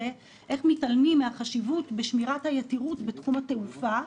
מתעלמים מהחשיבות של שמירת היתירות בתחום התעופה.